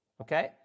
okay